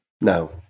No